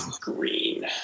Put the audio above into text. Green